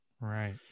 Right